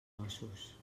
ossos